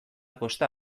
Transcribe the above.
kosta